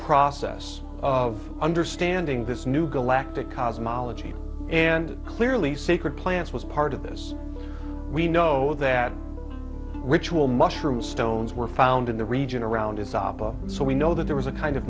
process of understanding this new galactic cosmologists and clearly secret plans was part of this we know that ritual mushrooms stones were found in the region around in sabah so we know that there was a kind of